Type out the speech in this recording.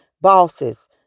bosses